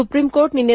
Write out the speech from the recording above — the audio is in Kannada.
ಸುಪ್ರೀಂ ಕೋರ್ಟ್ ನಿನ್ನೆ